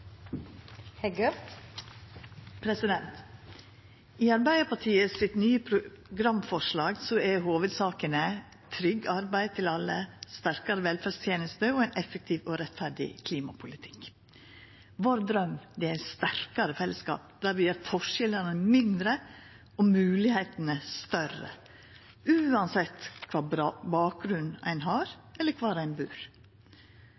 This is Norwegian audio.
hovudsakene trygt arbeid til alle, sterkare velferdstenester og ein effektiv og rettferdig klimapolitikk. Vår draum er sterkare fellesskap der vi gjer forskjellane mindre og moglegheitene større, uansett kva bakgrunn ein